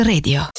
Radio